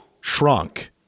shrunk